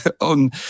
on